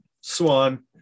Swan